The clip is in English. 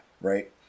right